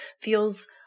feels